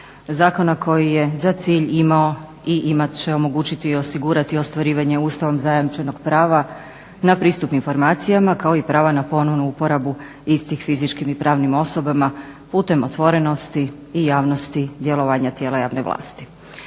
zakona koji je za cilj imao i imat će, omogućiti i osigurati ostvarivanje Ustavom zajamčenog prava na pristup informacijama, kao i prava na ponovnu uporabu istim fizičkim i pravnim osobama putem otvorenosti i javnosti djelovanja tijela javne vlasti.